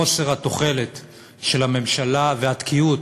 חוסר התוחלת של הממשלה והתקיעות